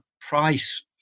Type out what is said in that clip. price